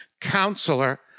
Counselor